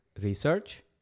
research